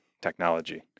technology